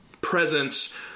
presence